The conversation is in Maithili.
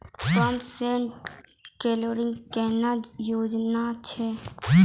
पंप सेट केलेली कोनो योजना छ?